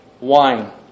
wine